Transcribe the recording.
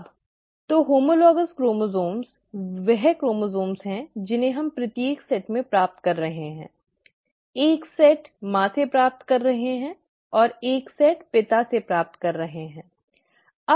अब तो homologous chromosomes वे क्रोमोसोम्स हैं जिन्हें हम प्रत्येक सेट में प्राप्त कर रहे हैं एक सेट माँ से प्राप्त कर रहे हैं और एक सेट पिता से प्राप्त कर रहे हैं